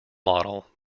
model